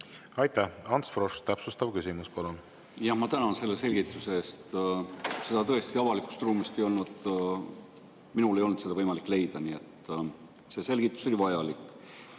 Aitäh! Ants Frosch, täpsustav küsimus, palun! Ma tänan selle selgituse eest! Tõesti, avalikust ruumist ei olnud minul seda võimalik leida, nii et see selgitus oli vajalik.